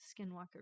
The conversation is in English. skinwalker